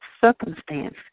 circumstance